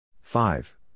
five